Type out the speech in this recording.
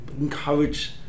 encourage